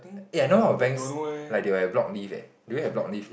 eh I know all the banks like they will have block leave leh do you have block leave